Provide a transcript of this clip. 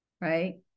right